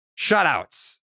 shutouts